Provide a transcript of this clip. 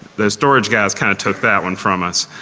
the storage guys kind of took that one from us.